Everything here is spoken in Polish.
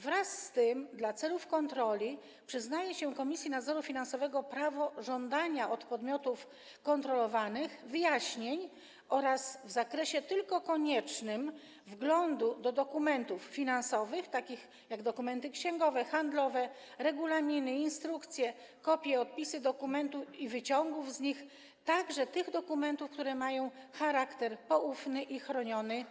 Wraz z tym dla celów kontroli przyznaje się Komisji Nadzoru Finansowego prawo żądania od podmiotów kontrolowanych wyjaśnień oraz, tylko w zakresie koniecznym, wglądu do dokumentów finansowych, takich jak dokumenty księgowe, handlowe, regulaminy, instrukcje, kopie, odpisy dokumentów i wyciągi z nich, także tych dokumentów, które mają charakter poufny i chroniony